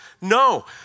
No